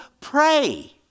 pray